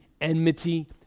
enmity